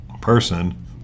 person